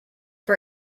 for